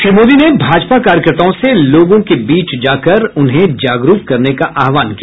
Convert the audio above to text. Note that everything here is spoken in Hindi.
श्री मोदी ने भाजपा कार्यकर्ताओं से लोगों के बीच जाकर उन्हें जागरूक करने का आह्वान किया